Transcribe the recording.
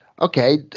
Okay